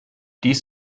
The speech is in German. dies